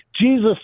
Jesus